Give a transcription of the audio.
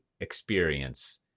experience